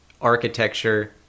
architecture